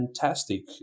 fantastic